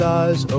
eyes